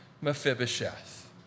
Mephibosheth